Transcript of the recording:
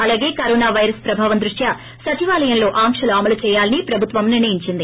అలాగే corona virus ప్రభావం దృష్ట్యో సచివాలయంలో ఆంక్షలు అమలు చేయాలని ప్రభుత్వం నిర్ణయించింది